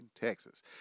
Texas